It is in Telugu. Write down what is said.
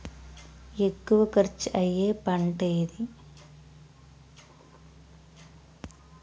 ఎక్కువ ఖర్చు అయ్యే పంటేది?